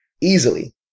easily